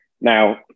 Now